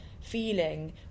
feeling